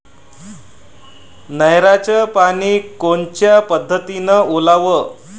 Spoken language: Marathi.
नयराचं पानी कोनच्या पद्धतीनं ओलाव?